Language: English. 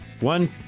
One